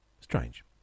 Strange